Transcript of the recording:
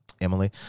Emily